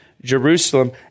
Jerusalem